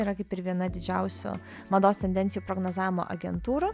yra kaip ir viena didžiausių mados tendencijų prognozavimo agentūrų